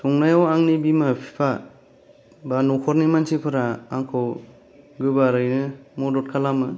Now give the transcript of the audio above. संनायाव आंनि बिमा बिफा बा नख'रनि मानसिफोरा आंखौ गोबारैनो मदद खालामो